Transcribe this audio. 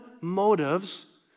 motives